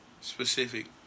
specific